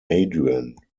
adrian